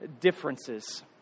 differences